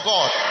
God